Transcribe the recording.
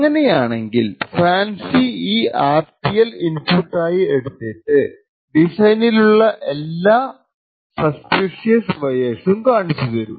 അങ്ങനെയാണെങ്കിൽ FANCI ഈ R T L input ആയി എടുത്തിട്ട് ഡിസൈനിലുള്ള എല്ലാ സസ്പിഷ്യസ് വായേഴ്സും കാണിച്ചു തരും